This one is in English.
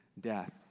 death